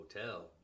hotel